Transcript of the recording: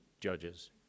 judges